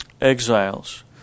exiles